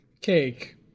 cake